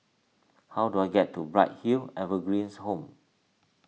how do I get to Bright Hill Evergreens Home